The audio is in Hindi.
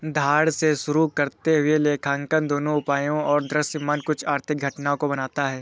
धारणा से शुरू करते हुए लेखांकन दोनों उपायों और दृश्यमान कुछ आर्थिक घटनाओं को बनाता है